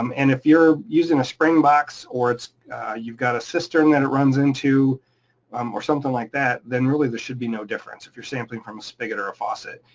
um and if you're using a spring box or you've got a cistern that it runs into um or something like that, then really, there should be no difference if you're sampling from a spigot or a faucet.